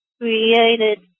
created